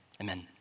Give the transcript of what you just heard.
amen